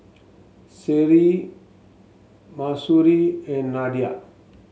Seri Mahsuri and Nadia